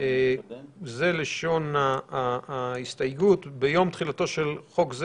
זו לשון ההסתייגות: ביום תחילתו של חוק זה